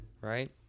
right